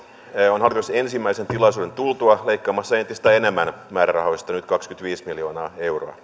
on hallitus ensimmäisen tilaisuuden tultua leikkaamassa entistä enemmän määrärahoista nyt kaksikymmentäviisi miljoonaa euroa